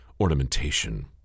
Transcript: ornamentation